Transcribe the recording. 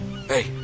Hey